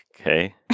Okay